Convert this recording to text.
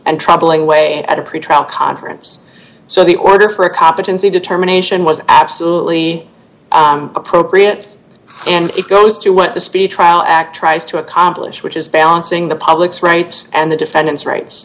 and troubling way at a pretrial conference so the order for a competency determination was absolutely appropriate and it goes to what the speech trial act tries to accomplish which is balancing the public's rights and the defendant's r